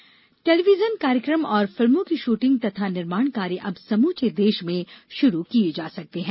film shooting television कार्यक्रम और फिल्मों की श्रृटिंग तथा निर्माण कार्य अब समूचे देश में श्रू किये जा सकते हैं